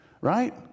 right